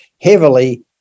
heavily